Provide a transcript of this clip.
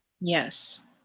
Yes